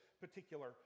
particular